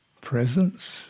presence